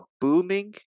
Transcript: booming